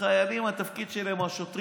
החיילים או השוטרים,